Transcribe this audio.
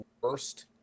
worst